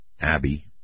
Abby